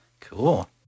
Cool